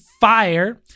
fire